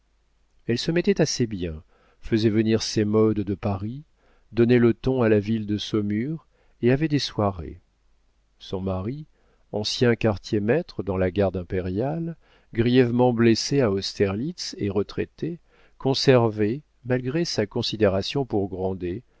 elle se mettait assez bien faisait venir ses modes de paris donnait le ton à la ville de saumur et avait des soirées son mari ancien quartier maître dans la garde impériale grièvement blessé à austerlitz et retraité conservait malgré sa considération pour